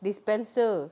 dispenser